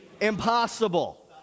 impossible